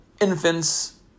infants